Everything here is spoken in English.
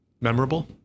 memorable